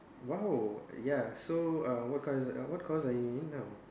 !wow! ya so uh what course what course are you in now